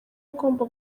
agomba